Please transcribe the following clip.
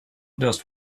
just